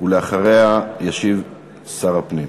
ואחריה ישיב שר הפנים.